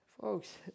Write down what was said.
Folks